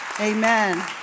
Amen